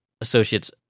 associates